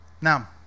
Now